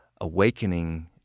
awakening